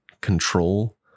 control